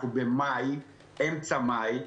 אנחנו באמצע חודש מאי.